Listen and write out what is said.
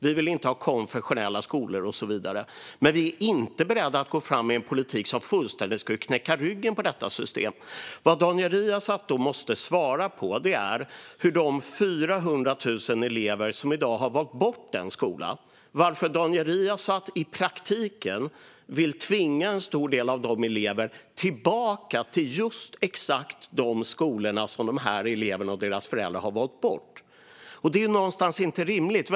Vi vill inte ha konfessionella skolor och så vidare. Men vi är inte beredda att gå fram med en politik som fullständigt skulle knäcka ryggen på detta system. Den fråga som Daniel Riazat måste svara på är varför han i praktiken vill tvinga en stor del av de 400 000 elever som i dag har valt bort en skola tillbaka till exakt de skolor som de här eleverna och deras föräldrar har valt bort. Det är någonstans inte rimligt.